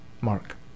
mark